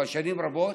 אבל שנים רבות,